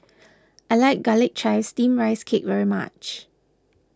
I like Garlic Chives Steamed Rice Cake very much